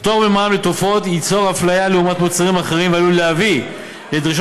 פטור ממע"מ לתרופות ייצור אפליה לעומת מוצרים אחרים ועלול להביא לדרישות